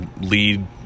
lead